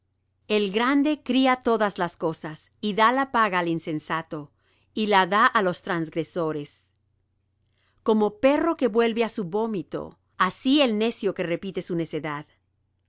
el grande cría todas las cosas y da la paga al insensato y la da á los transgresores como perro que vuelve á su vómito así el necio que repite su necedad